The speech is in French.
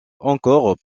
encore